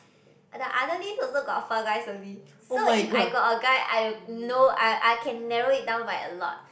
the other listen also got four guys only so if I got a guy I know I I can narrow it down by a lot